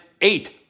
eight